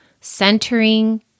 centering